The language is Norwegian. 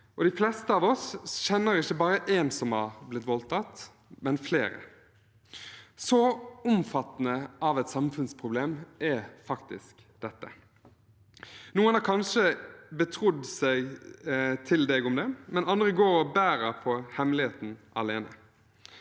de fleste av oss kjenner ikke bare en som har blitt voldtatt, men flere. Et så omfattende samfunnsproblem er faktisk dette. Noen har kanskje betrodd seg til deg om det, men andre går og bærer på hemmeligheten alene.